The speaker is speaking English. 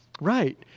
Right